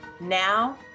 Now